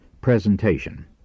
presentation